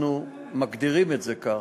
אנחנו מגדירים את זה כך,